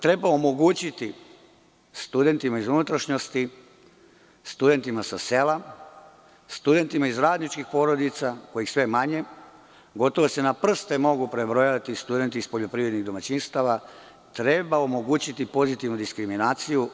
Treba omogućiti studentima iz unutrašnjosti, studentima sa sela, studentima iz radničkih porodica kojih je sve manje, gotovo se na prste mogu prebrojati studenti iz poljoprivrednih domaćinstava, treba omogućiti pozitivnu diskriminaciju.